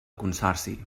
consorci